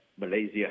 Malaysia